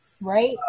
Right